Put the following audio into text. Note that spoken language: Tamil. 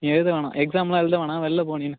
நீ எழுத வேணாம் எக்ஸாம்லாம் எழுத வேணாம் வெளில போ நீ